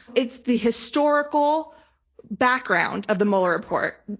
it's the historical background of the mueller report.